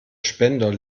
spender